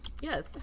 Yes